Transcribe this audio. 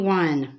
one